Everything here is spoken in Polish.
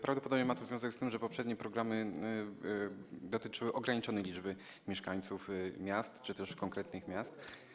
Prawdopodobnie ma to związek z tym, że poprzednie programy dotyczyły ograniczonej liczby mieszkańców miast czy też konkretnych miast.